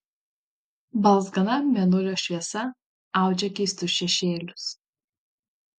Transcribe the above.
balzgana mėnulio šviesa audžia keistus šešėlius